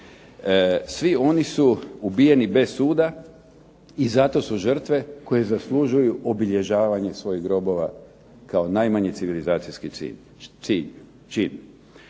svi oni su ubijeni bez suda, i zato su žrtve koje zaslužuju obilježavanje svojih grobova kao najmanji civilizacijski čin.